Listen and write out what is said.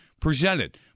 presented